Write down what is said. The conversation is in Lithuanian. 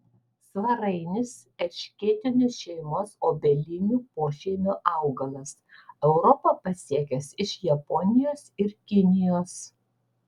svarainis erškėtinių šeimos obelinių pošeimio augalas europą pasiekęs iš japonijos ir kinijos